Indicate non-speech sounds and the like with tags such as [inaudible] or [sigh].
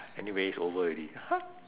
anyway it's over already [noise]